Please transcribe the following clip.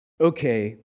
Okay